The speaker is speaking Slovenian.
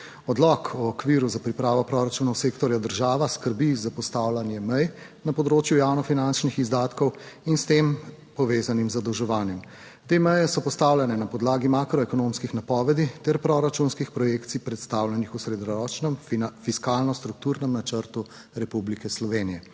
Odlok o okviru za pripravo proračunov sektorja država skrbi za postavljanje mej na področju javnofinančnih izdatkov in s tem povezanim zadolževanjem. Te meje so postavljene na podlagi makroekonomskih napovedi ter proračunskih projekcij, predstavljenih v srednjeročnem fiskalno strukturnem načrtu Republike Slovenije.